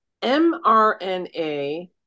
mRNA